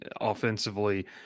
offensively